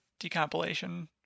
decompilation